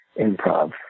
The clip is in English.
improv